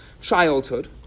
childhood